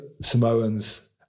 Samoans